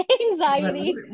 anxiety